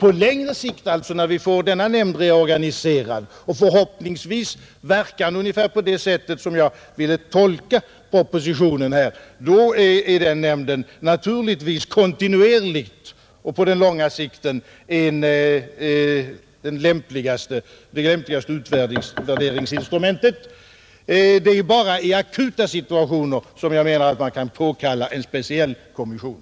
På längre sikt, dvs. när vi får nämnden reorganiserad och den förhoppningsvis verkar ungefär på det sätt som jag ville tolka propositionen på, är den nämnden naturligtvis kontinuerligt och på lång sikt det lämpligaste utvärderingsinstrumentet. Jag menar att det bara är i akuta situationer som man kan påkalla en speciell kommission.